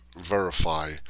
verify